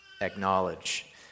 acknowledge